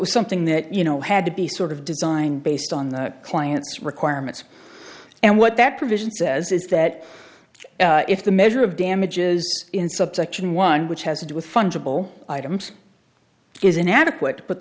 was something that you know had to be sort of designed based on the client's requirements and what that provision says is that if the measure of damages in subsection one which has to do with fungible items is inadequate